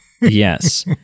Yes